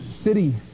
city